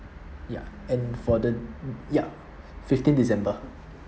ya and for the ya fifteen december